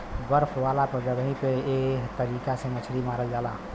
बर्फ वाला जगही पे एह तरीका से मछरी मारल जाला